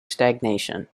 stagnation